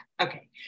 okay